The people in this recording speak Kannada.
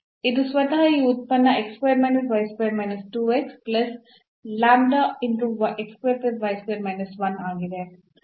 ಇದು ಸ್ವತಃ ಈ ಉತ್ಪನ್ನ ಆಗಿದೆ